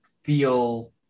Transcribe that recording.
feel